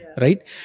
Right